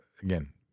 again